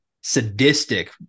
sadistic